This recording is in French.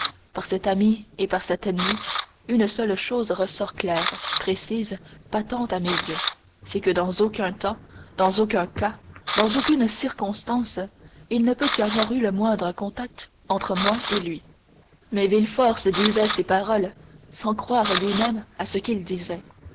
par cet ami et par cet ennemi une seule chose ressort claire précise patente à mes yeux c'est que dans aucun temps dans aucun cas dans aucune circonstance il ne peut y avoir eu le moindre contact entre moi et lui mais villefort se disait ces paroles sans croire lui-même à ce qu'il disait